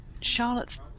Charlotte's